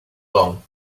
long